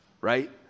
right